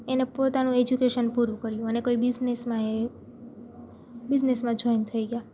એને પોતાનું એજ્યુકેશન પૂરું કર્યું અને કોઈ બિઝનેસમાં એ બિઝનેસમાં જોઇન થઈ ગયા